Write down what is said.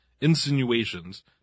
insinuations